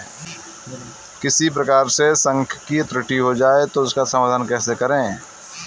किसी प्रकार से सांख्यिकी त्रुटि हो जाए तो उसका समाधान कैसे करें?